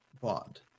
Bond